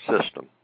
system